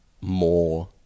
more